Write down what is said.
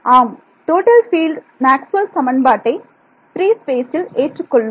ஆம் total field Maxwell சமன்பாட்டை free ஸ்பேசில் ஏற்றுக்கொள்ளும்